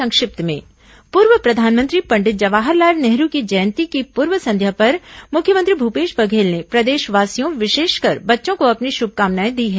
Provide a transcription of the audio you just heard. संक्षिप्त समाचार पूर्व प्रधानमंत्री पंडित जवाहरलाल नेहरू की जयंती की पूर्व संध्या पर मुख्यमंत्री भूपेश बघेल ने प्रदेशवासियों विशेषकर बच्चों को अपनी शुभकामनाएं दी हैं